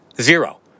Zero